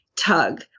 tug